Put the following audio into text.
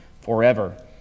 forever